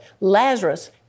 Lazarus